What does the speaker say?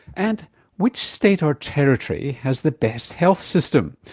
and which state or territory has the best health system?